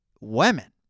Women